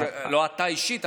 לא אתה אישית,